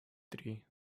три